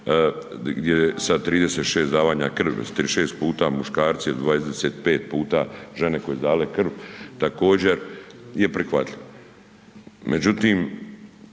gdje sa 36 davanja krvi, 36 puta muškarci, a 25 puta žene koje su dale krv također je prihvatljiv.